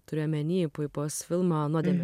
turiu omeny puipos filmą nuodėmė